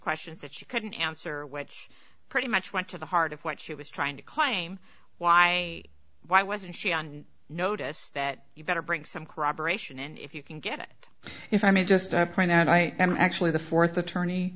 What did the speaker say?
questions that she couldn't answer which pretty much went to the heart of what she was trying to claim why why wasn't she on notice that you better bring some corroboration and if you can get it if i may just point out i am actually the fourth